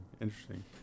interesting